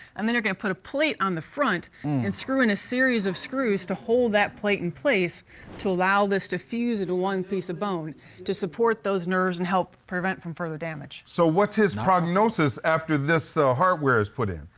and then you'll put a plate on the front and screw in a series of screws to hold that plate in place to allow this to fuse into one piece of bone to support those nerves and help prevent from further damage. so, what's his prognosis after this, ah, hardware's put in?